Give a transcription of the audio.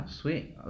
sweet